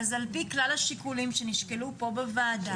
על פי כלל השיקולים שנשקלו פה בוועדה,